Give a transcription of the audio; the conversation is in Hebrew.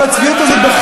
אבל הצביעות הזאת,